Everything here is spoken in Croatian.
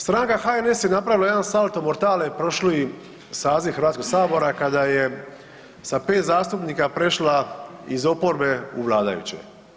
Stranka HNS je napravila jedan salto mortale prošli saziv Hrvatskog sabora kada je sa 5 zastupnika prešla iz oporbe u vladajuće.